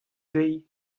dezhi